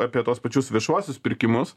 apie tuos pačius viešuosius pirkimus